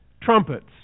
trumpets